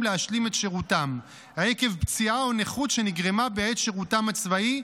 להשלים את שירותם עקב פציעה או נכות שנגרמה בעת שירותם הצבאי,